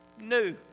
new